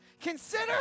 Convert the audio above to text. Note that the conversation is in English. Consider